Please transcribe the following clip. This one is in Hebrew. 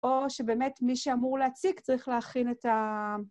או שבאמת מי שאמור להציג צריך להכין את ה...